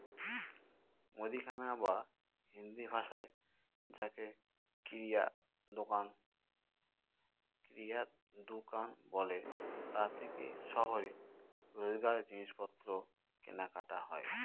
মুদিখানা বা হিন্দিভাষায় যাকে কিরায়া দুকান বলে তা থেকেই শহরে রোজকার জিনিসপত্র কেনাকাটা হয়